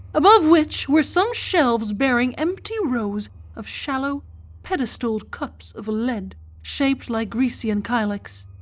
above which were some shelves bearing empty rows of shallow pedestalled cups of lead shaped like grecian kylikes.